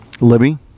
Libby